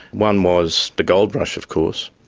one was the gold rush of course,